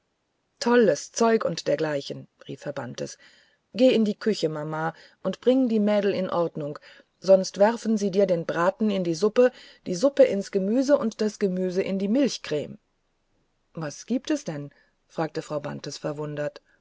tolles zeug und dergleichen rief herr bantes geh in die küche mama und bringe die mädel in ordnung sonst werfen sie dir den braten in die suppe die suppe ins gemüse das gemüse in die milchcreme was gibt's denn fragte frau bantes verwundert